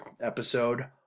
episode